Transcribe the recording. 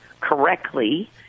correctly